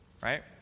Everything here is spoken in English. right